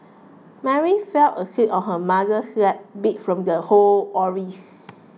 Mary fell asleep on her mother's lap beat from the whole